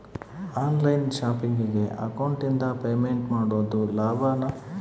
On line ಶಾಪಿಂಗಿಗೆ ಅಕೌಂಟಿಂದ payment ಮಾಡೋದು ಲಾಭಾನ?